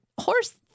horse